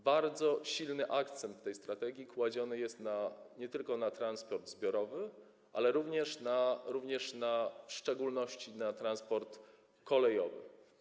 Bardzo silny akcent tej strategii kładziony jest nie tylko na transport zbiorowy, ale również w szczególności na transport kolejowy.